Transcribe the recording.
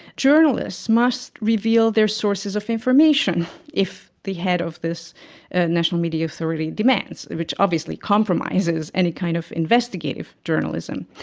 journalists must reveal their sources of information if the head of this national media authority demands, which obviously compromises any kind of investigative journalism.